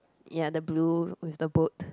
ya the blue with the boat